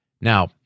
Now